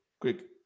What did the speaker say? Quick